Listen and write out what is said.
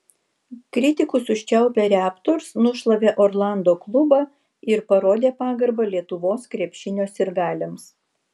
kritikus užčiaupę raptors nušlavė orlando klubą ir parodė pagarbą lietuvos krepšinio sirgaliams